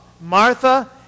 Martha